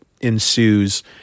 ensues